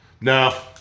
No